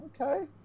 Okay